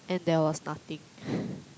and there was nothing